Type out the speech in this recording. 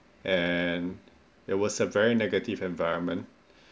and it was a very negative environment